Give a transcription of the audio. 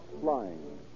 flying